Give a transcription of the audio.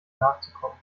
nachzukommen